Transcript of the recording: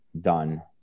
done